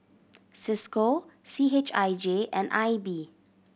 Cisco C H I J and I B